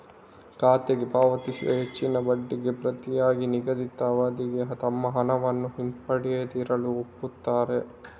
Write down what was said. ಖಾತೆಗೆ ಪಾವತಿಸಿದ ಹೆಚ್ಚಿನ ಬಡ್ಡಿಗೆ ಪ್ರತಿಯಾಗಿ ನಿಗದಿತ ಅವಧಿಗೆ ತಮ್ಮ ಹಣವನ್ನು ಹಿಂಪಡೆಯದಿರಲು ಒಪ್ಪುತ್ತಾರೆ